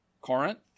Corinth